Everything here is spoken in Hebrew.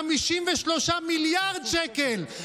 למה?